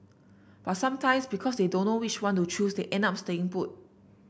but sometimes because they don't know which one to choose they end up staying put